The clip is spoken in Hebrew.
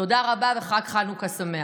תודה רבה וחג חנוכה שמח.